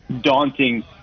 daunting